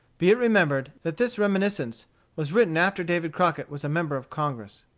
be it remembered that this reminiscence was written after david crockett was a member of congress.